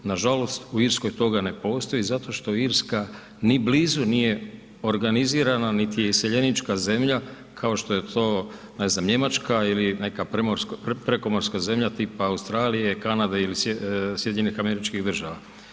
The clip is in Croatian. Nažalost, u Irskoj toga ne postoji zato što Irska ni blizu nije organizirana niti je iseljenička zemlja kao što je to, ne znam, Njemačka ili neka prekomorska zemlja, Australije, Kanade ili SAD-a.